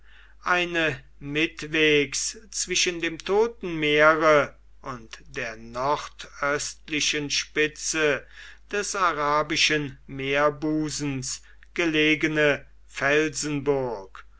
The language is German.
eine mittwegs zwischen dem toten meere und der nordöstlichen spitze des arabischen meerbusens gelegene